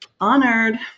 honored